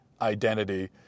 identity